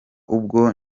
ubwo